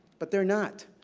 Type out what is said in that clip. but they're not.